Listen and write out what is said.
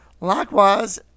Likewise